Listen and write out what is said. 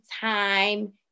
time